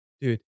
dude